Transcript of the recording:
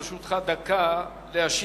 לרשותך דקה להשיב,